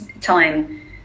time